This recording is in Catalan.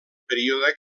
període